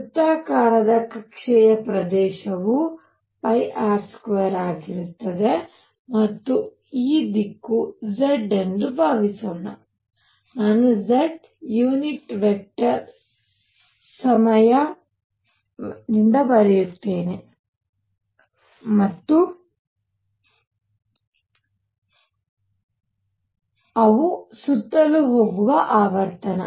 ವೃತ್ತಾಕಾರದ ಕಕ್ಷೆಯ ಪ್ರದೇಶವು R2 ಆಗಿರುತ್ತದೆ ಮತ್ತು ಈ ದಿಕ್ಕು z ಎಂದು ಭಾವಿಸೋಣ ನಾನು z ಯುನಿಟ್ ವೆಕ್ಟರ್ ಸಮಯವನ್ನು ಬರೆಯುತ್ತೇನೆ ಅವು ಸುತ್ತಲೂ ಹೋಗುವ ಆವರ್ತನ